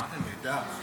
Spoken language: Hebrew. אמרת נהדר.